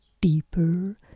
deeper